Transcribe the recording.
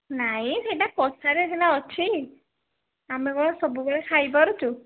ନାଇଁ ସେଇଟା କଥାରେ ସିନା ଅଛି ଆମେ କ'ଣ ସବୁବେଳେ ଖାଇ ପାରୁଛୁ